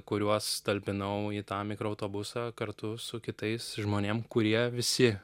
kuriuos talpinau į tą mikroautobusą kartu su kitais žmonėm kurie visi